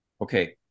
Okay